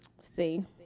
See